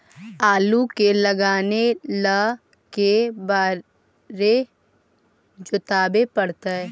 आलू के लगाने ल के बारे जोताबे पड़तै?